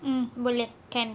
mm boleh can